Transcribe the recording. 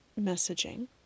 messaging